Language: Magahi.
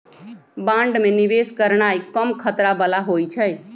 बांड में निवेश करनाइ कम खतरा बला होइ छइ